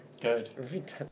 Good